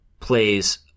plays